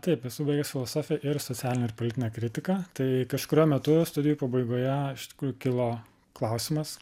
taip esu baigęs filosofiją ir socialinę ir politinę kritiką tai kažkuriuo metu studijų pabaigoje na iš tikrųjų kilo klausimas